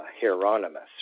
Hieronymus